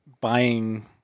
buying